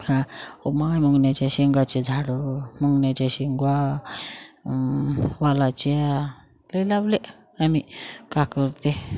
ह उ माय मुंगण्याच्या शेंगाचे झाडं मुंगण्याचे शेंगा वालाच्या ले लावले आम्ही काय कळते